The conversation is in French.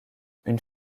une